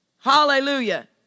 Hallelujah